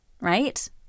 right